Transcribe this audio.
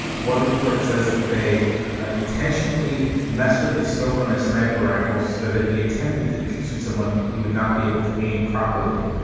one report says that they intentionally mess with the scope and a sniper rifles, that if he attempted to shoot someone, he would not be able to aim properly.